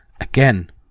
Again